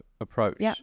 approach